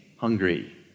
Hungry